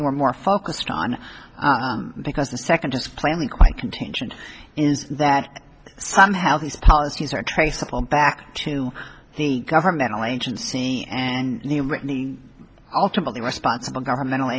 you were more focused on because the second just plainly quite contingent is that somehow these policies are traceable back to the governmental agency and the litany ultimately responsible governmental